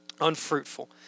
Unfruitful